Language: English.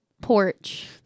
porch